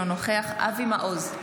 אינו נוכח אבי מעוז,